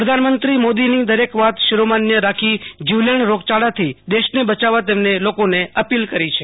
પ્રધાનમંત્રી મોદી ની દરેક વાત શિરોમાન્ય રાખી જીવલેણ રોગચાળા થી દેશ ને બચાવવા તેમને લોકો ને અપીલ કરી છે